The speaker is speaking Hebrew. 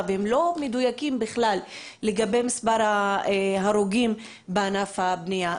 לא מדויקים בכלל לגבי מספר ההרוגים בענף הבנייה.